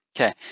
Okay